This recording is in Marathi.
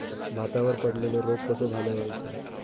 भातावर पडलेलो रोग कसो घालवायचो?